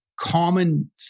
common